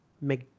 make